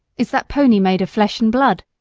is that pony made of flesh and blood?